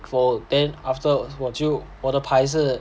fold then afterwards 我就我的牌是